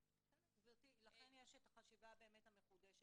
גבירתי, לכן יש את החשיבה המחודשת.